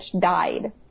died